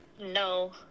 No